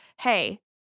hey